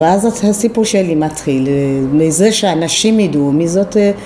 ואז הסיפור שלי מתחיל, מזה שאנשים ידעו, מי זאת...